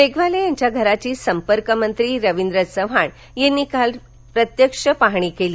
मेघवाले यांच्या घराची संपर्कमंत्री रवींद्र चव्हाण यांनी काल भेट देऊन प्रत्यक्ष पाहणी केली